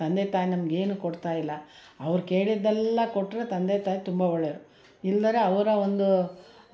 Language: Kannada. ತಂದೆ ತಾಯಿ ನಮ್ಗೆ ಏನೂ ಕೊಡ್ತಾ ಇಲ್ಲ ಅವ್ರು ಕೇಳಿದ್ದೆಲ್ಲ ಕೊಟ್ಟರೆ ತಂದೆ ತಾಯಿ ತುಂಬ ಒಳ್ಳೆಯವ್ರು ಇಲ್ಲದಿರ ಅವರ ಒಂದು